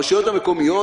הרשויות המקומיות,